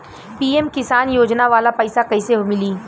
PM किसान योजना वाला पैसा कईसे मिली?